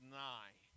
nigh